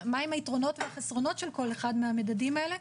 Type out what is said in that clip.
מה הם היתרונות והחסרונות של כל אחד מהמדדים האלה.